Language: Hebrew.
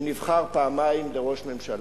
שנבחר פעמיים לראש ממשלה,